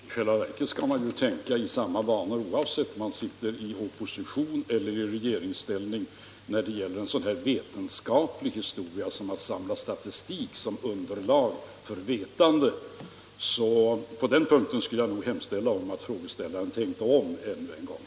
Herr talman! I själva verket skall man ju tänka i samma banor oavsett om man sitter i opposition eller i regeringsställning när det gäller en sådan här vetenskaplig historia som att samla statistik som underlag för vetandet. På den punkten skulle jag nog vilja hemställa att frågeställaren tänkte om ännu en gång.